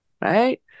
right